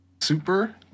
super